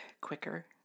quicker